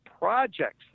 Projects